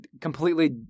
completely